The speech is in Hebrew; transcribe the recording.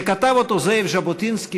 שכתב זאב ז'בוטינסקי,